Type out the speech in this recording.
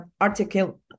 article